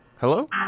Hello